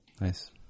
Nice